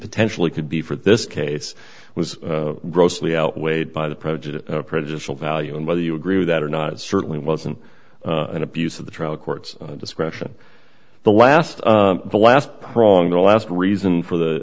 potentially could be for this case was grossly outweighed by the prejudice prejudicial value and whether you agree with that or not certainly wasn't an abuse of the trial court's discretion the last the last prong the last reason for the